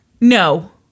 No